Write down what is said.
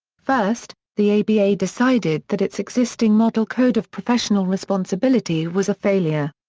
first, the aba decided that its existing model code of professional responsibility was a failure.